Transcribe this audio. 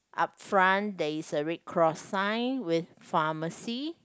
up front there is a red cross sign with pharmacy